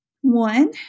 One